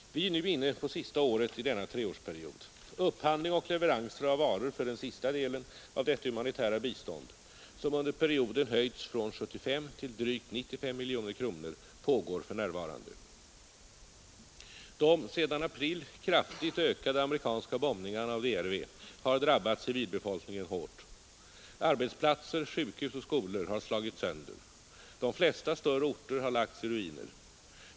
Vi är nu inne på det sista året i denna treårsperiod. Upphandling och leveranser av varor för den sista delen av detta humanitära bistånd, som insatser till Indokinas folk insatser till Indokinas folk under perioden höjts från 75 till drygt 95 miljoner kronor, pågår för närvarande. De sedan april kraftigt ökade amerikanska bombningarna av DRV har drabbat civilbefolkningen hårt. Arbetsplatser, sjukhus och skolor har slagits sönder; de flesta större orter har lagts i ruiner.